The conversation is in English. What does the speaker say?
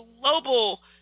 global